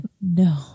No